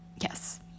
yes